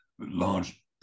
large